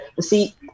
See